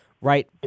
right